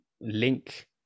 link